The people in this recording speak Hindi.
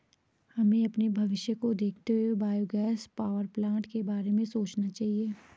हमें अपने भविष्य को देखते हुए बायोगैस पावरप्लांट के बारे में सोचना चाहिए